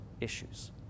issues